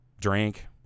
drink